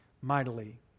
mightily